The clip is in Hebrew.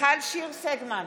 מיכל שיר סגמן,